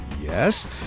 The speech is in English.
yes